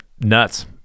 nuts